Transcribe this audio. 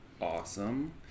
awesome